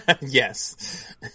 Yes